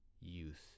youth